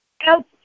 help